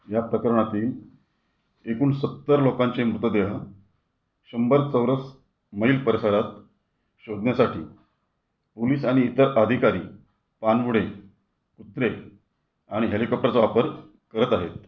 या प्रकरणातील एकूण सत्तर लोकांचे मृतदेह शंभर चौरस मैल परिसरात शोधण्यासाठी पोलिस आणि इतर आधिकारी पाणबुडे कुत्रे आणि हेलिकॉप्टरचा वापर करत आहेत